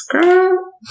girl